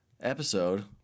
episode